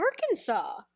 arkansas